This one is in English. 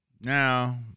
now